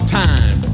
time